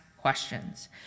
questions